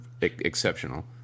exceptional